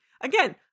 again